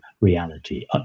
reality